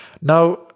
Now